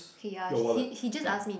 ya he he just asked me